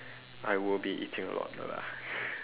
I will be eating a lot no lah